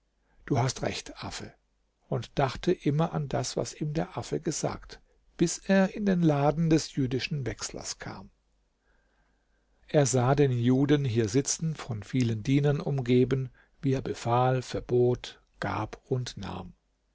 du hast recht affe und dachte immer an das was ihm der affe gesagt bis er in den laden des jüdischen wechslers kam er sah den juden hier sitzen von vielen dienern umgeben wie er befahl verbot gab und nahm